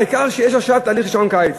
העיקר עכשיו שיש עכשיו תהליך של שעון קיץ.